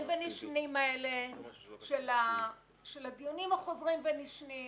ונשנים האלה של הדיונים החוזרים ונשנים,